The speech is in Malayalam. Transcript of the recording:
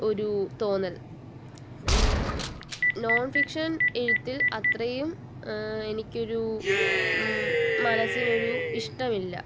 ഒരു തോന്നൽ നോൺഫിക്ഷൻ എഴുത്തിൽ അത്രയും എനിക്കൊരു മനസ്സിനൊരു ഇഷ്ടമില്ല